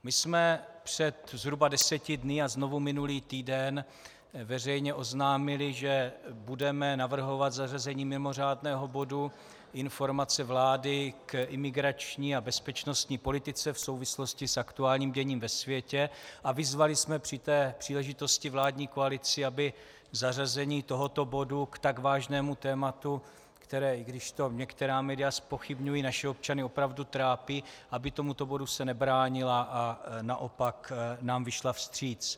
My jsme zhruba před deseti dny a znovu minulý týden veřejně oznámili, že budeme navrhovat zařazení mimořádného bodu Informace vlády k imigrační a bezpečnostní politice v souvislosti s aktuálním děním ve světě, a vyzvali jsme při té příležitosti vládní koalici, aby se zařazení tohoto bodu k tak vážnému tématu, které, i když to některá média zpochybňují, naše občany opravdu trápí, nebránila a naopak nám vyšla vstříc.